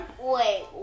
wait